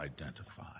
identify